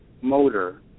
motor